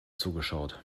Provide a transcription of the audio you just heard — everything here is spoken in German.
zugeschaut